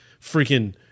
freaking